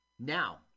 Now